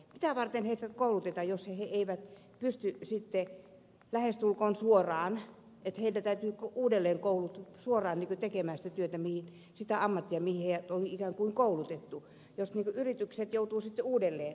mitä varten heitä koulutetaan jos he eivät pysty sitten lähestulkoon suoraan tekemään sitä työtä sitä ammattia mihin heidät on ikään kuin koulutettu vaan yritykset joutuvat sitten heidät uudelleen kouluttamaan